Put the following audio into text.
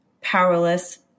powerless